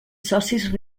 socis